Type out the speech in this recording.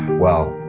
well,